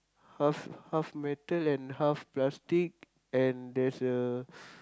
half half metal and half plastic and there's a